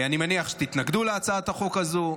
אני מניח שתתנגדו להצעת החוק הזאת.